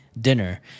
dinner